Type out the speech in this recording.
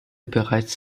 bereits